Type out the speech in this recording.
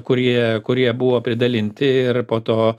kurie kurie buvo pridalinti ir po to